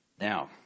Now